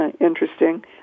interesting